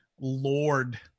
Lord